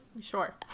Sure